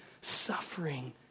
suffering